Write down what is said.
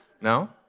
No